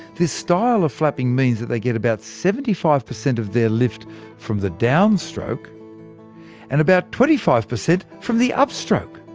this style of flapping means they get about seventy five per cent of their lift from the downstroke and about twenty five per cent from the upstroke!